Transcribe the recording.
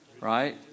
right